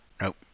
Nope